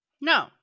No